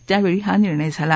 त्यावेळी हा निर्णय झाला